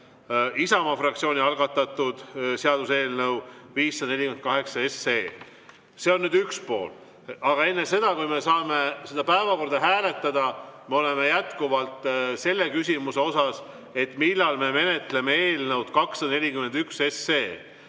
Isamaa fraktsiooni algatatud seaduseelnõu 548. See on nüüd üks pool. Aga enne seda, kui me saame päevakorda hääletada, on meil jätkuvalt küsimus, millal me menetleme eelnõu 241.